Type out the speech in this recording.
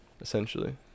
essentially